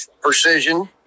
precision